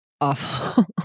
awful